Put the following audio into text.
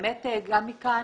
ובאמת גם מכאן